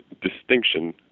distinction